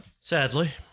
Sadly